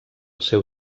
seu